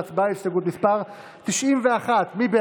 הציונות הדתית לפני סעיף 1 לא נתקבלה.